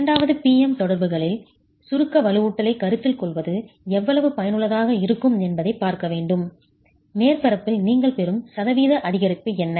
இரண்டாவது P M தொடர்புகளில் சுருக்க வலுவூட்டலைக் கருத்தில் கொள்வது எவ்வளவு பயனுள்ளதாக இருக்கும் என்பதைப் பார்க்க வேண்டும் மேற்பரப்பில் நீங்கள் பெறும் சதவீத அதிகரிப்பு என்ன